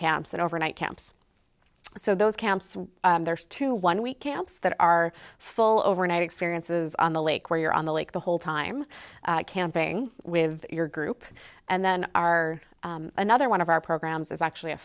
camps and overnight camps so those camps there's two one we camps that are full overnight experiences on the lake where you're on the lake the whole time camping with your group and then our another one of our programs is actually a